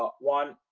ah one,